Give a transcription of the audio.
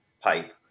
pipe